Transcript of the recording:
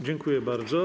Dziękuję bardzo.